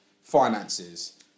finances